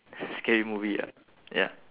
scary movie ah ya